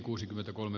kannatan